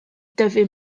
dyfu